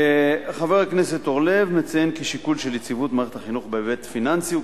חבר הכנסת אורלב מציין כי שיקול של יציבות מערכת החינוך בהיבט פיננסי,